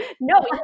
No